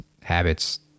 habits